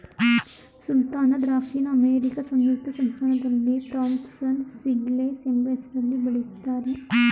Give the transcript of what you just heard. ಸುಲ್ತಾನ ದ್ರಾಕ್ಷಿನ ಅಮೇರಿಕಾ ಸಂಯುಕ್ತ ಸಂಸ್ಥಾನದಲ್ಲಿ ಥಾಂಪ್ಸನ್ ಸೀಡ್ಲೆಸ್ ಎಂಬ ಹೆಸ್ರಲ್ಲಿ ಬೆಳಿತಾರೆ